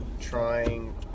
trying